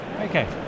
Okay